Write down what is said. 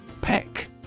Peck